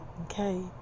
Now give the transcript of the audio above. okay